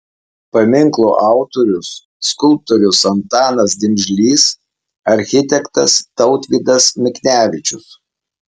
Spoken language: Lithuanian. paminklo autorius skulptorius antanas dimžlys architektas tautvydas miknevičius